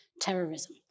terrorism